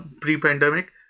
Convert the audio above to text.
pre-pandemic